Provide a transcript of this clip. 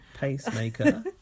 pacemaker